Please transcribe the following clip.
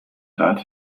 hat